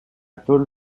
tôle